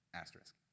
Asterisk